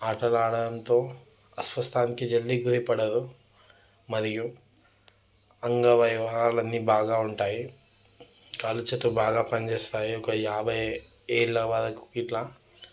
ఆటలు ఆడటంతో అస్వస్థానికి జల్దీ గురి పడరు మరియు అంగ అవయవాలన్నీ బాగా ఉంటాయి కాలు చేతులు బాగా పనిచేస్తాయి ఒక యాభై ఏళ్ళు వరకు ఇట్లా